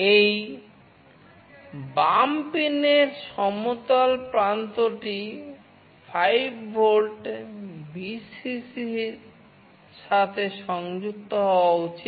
এই বাম পিনের সমতল প্রান্তটি 5 ভোল্ট VCC এর সাথে সংযুক্ত হওয়া উচিত